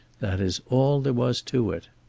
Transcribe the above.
that is all there was to it.